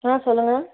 ஆ சொல்லுங்க